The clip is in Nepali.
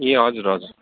ए हजुर हजुर